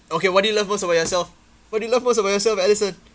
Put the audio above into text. okay what do you love most about yourself what do you love most about yourself allison